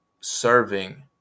serving